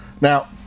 Now